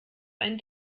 ein